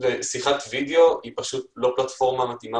שיחת וידאו היא פשוט לא פלטפורמה מתאימה